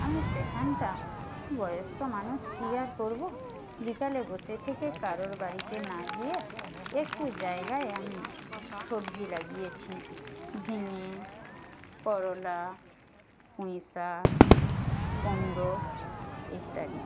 আমি সেখানটা বয়স্ক মানুষ কি আর করব বিকালে বসে থেকে কারোর বাড়িতে না গিয়ে একটু জায়গায় আমি সবজি লাগিয়েছি ঝিঙে করলা পুঁই শাক কুমড়ো ইত্যাদি